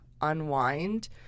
unwind